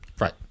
Right